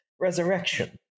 Resurrection